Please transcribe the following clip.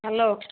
hello